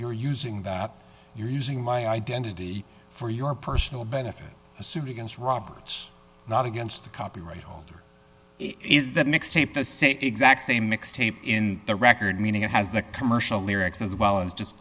you're using that you're using my identity for your personal benefit a suit against roberts not against the copyright holder is that mixtape the same exact same mixtape in the record meaning it has the commercial lyrics as well as just